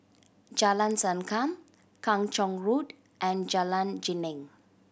Jalan Sankam Kung Chong Road and Jalan Geneng